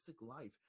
life